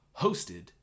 hosted